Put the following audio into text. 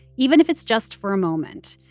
even if it's just for a moment.